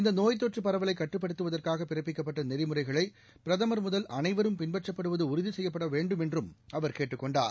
இநத நோய் தொற்று பரவலை கட்டுப்படுத்துவதற்காக பிறப்பிக்கப்பட்ட நெறிமுறைகளை பிரதமா் முதல் அனைவரும் பின்பற்றப்படுவது உறுதி செய்யப்பட வேண்டுமென்றும் அவர் கேட்டுக் கொண்டார்